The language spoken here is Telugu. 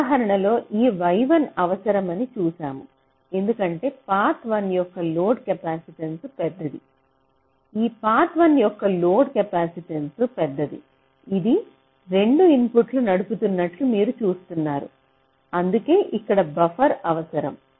ఉదాహరణలో ఈ y1 అవసరమని చూశాము ఎందుకంటే పాత్ 1 యొక్క లోడ్ కెపాసిటెన్స్ పెద్దది ఈ పాత్ 1 యొక్క లోడ్ కెపాసిటెన్స్ పెద్దది ఇది 2 ఇన్పుట్లను నడుపుతున్నట్లు మీరు చూస్తున్నారు అందుకే ఇక్కడ బఫర్ అవసరం